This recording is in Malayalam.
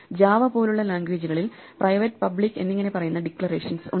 ജാവ പോലെയുള്ള ലാംഗ്വേജുകളിൽ പ്രൈവറ്റ് പബ്ലിക് എന്നിങ്ങനെ പറയുന്ന ഡിക്ലറേഷൻസ് ഉണ്ട്